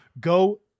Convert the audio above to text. go